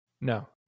No